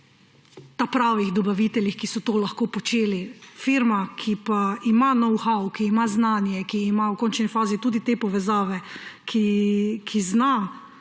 »ta pravih« dobaviteljih, ki so to lahko počeli. Firma, ki pa ima know how, ki ima znanje, ki ima v končni fazi tudi te povezave, ki zna,